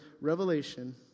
revelation